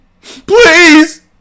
Please